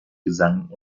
gesang